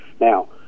now